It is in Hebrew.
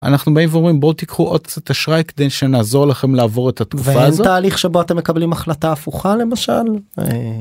אנחנו באים ואומרים, בואו תיקחו עוד קצת אשראי כדי שנעזור לכם לעבור את התקופה הזו. ואין תהליך שבו אתם מקבלים החלטה הפוכה למשל?